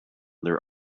their